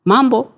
Mambo